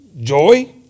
joy